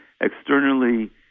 Externally